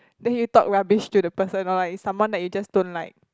then you talk rubbish to the person or like is someone that you just don't like